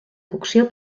cocció